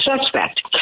suspect